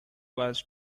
was